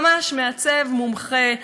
ממש מעצב מומחה.